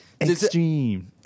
Extreme